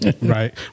Right